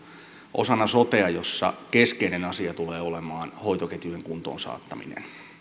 osana sotea jossa keskeinen asia tulee olemaan hoitoketjujen kuntoon saattaminen